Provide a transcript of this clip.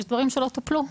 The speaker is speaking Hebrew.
יש דברים שלא טופלו.